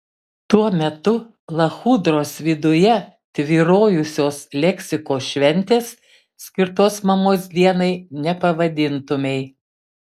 tuo metu lachudros viduje tvyrojusios leksikos šventės skirtos mamos dienai nepavadintumei